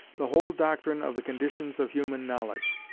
the whole doctrine of the conditions of human knowledge.